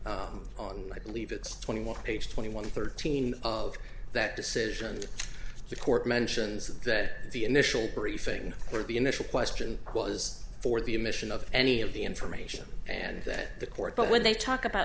statute on i believe it's twenty one page twenty one thirteen of that decision the court mentions that the initial briefing or the initial question was for the admission of any of the information and that the court but when they talk about